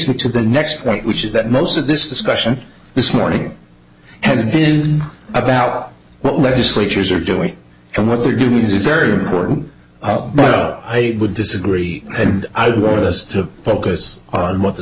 me to the next one which is that most of this discussion this morning has been about what legislatures are doing and what they're doing is very important oh i would disagree and i'd want us to focus on what the